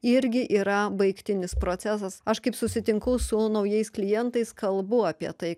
irgi yra baigtinis procesas aš kaip susitinku su naujais klientais kalbu apie tai